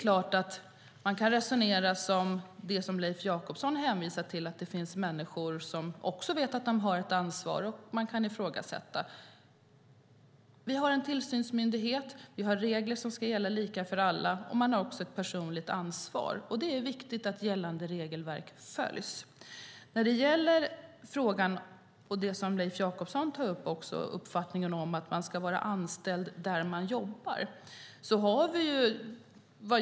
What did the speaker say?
Precis som Leif Jakobsson resonerar finns det människor som vet att de har ett ansvar och kan ifrågasätta. Vi har en tillsynsmyndighet, vi har regler som ska gälla lika för alla och man har också ett personligt ansvar. Det är viktigt att gällande regelverk följs. Leif Jakobssons tar upp uppfattningen att man ska vara anställd där man jobbar.